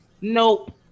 Nope